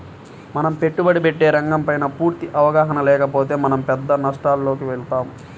మనం పెట్టుబడి పెట్టే రంగంపైన పూర్తి అవగాహన లేకపోతే మనం పెద్ద నష్టాలలోకి వెళతాం